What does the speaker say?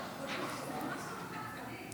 סעיף 1 נתקבל.